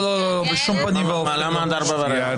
למה עד 04:15?